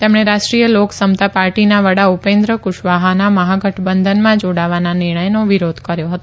તેમણે રાષ્ટ્રીય લોક સમતા પાર્ટીના વડા ઉપેન્દ્ર કુશવાહાના મહાગઠબંધનમાં જાડાવાના નિર્ણયનો વિરોધ કર્યો હતો